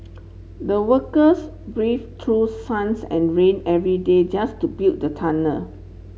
the workers brave through suns and rain every day just to build the tunnel